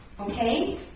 Okay